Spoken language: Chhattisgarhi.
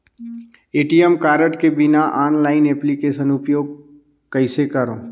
ए.टी.एम कारड के बिना ऑनलाइन एप्लिकेशन उपयोग कइसे करो?